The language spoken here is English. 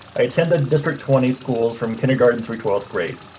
i attended district twenty schools from kindergarten through twelfth grade.